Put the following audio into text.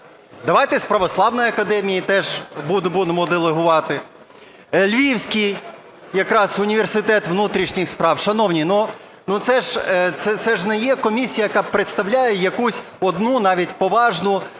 давайте з православної академії теж будемо делегувати. Львівський якраз університет внутрішніх справ. Шановні, ну, це ж не є комісія, яка представляє якусь одну, навіть поважну,